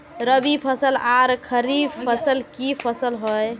रवि फसल आर खरीफ फसल की फसल होय?